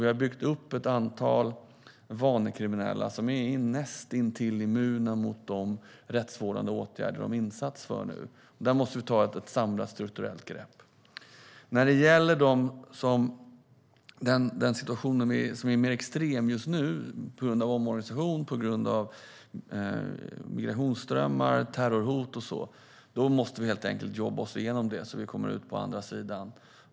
Vi har byggt upp ett antal vanekriminella som är näst intill immuna mot de rättsvårdande myndigheternas insatser. Där måste vi ta ett samlat strukturellt grepp. Den nuvarande situationen, som är extrem på grund av omorganisationen, migrationsströmmar, terrorhot och så vidare, måste vi jobba oss igenom och komma ut på andra sidan.